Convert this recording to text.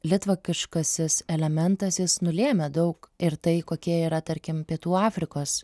litvakiškasis elementas jis nulėmė daug ir tai kokie yra tarkim pietų afrikos